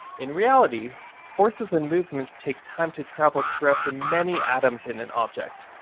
in reality forces and movements takes time to travel throughout the many atoms in an object.